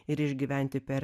ir išgyventi per